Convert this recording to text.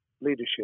leadership